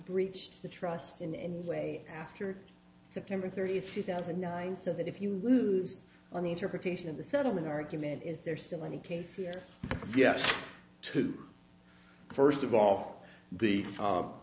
breached the trust in a way after september thirtieth two thousand and nine so that if you lose on the interpretation of the settlement argument is there still any case here vs two first of all the